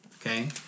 Okay